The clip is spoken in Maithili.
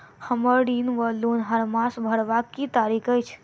हम्मर ऋण वा लोन हरमास भरवाक की तारीख अछि?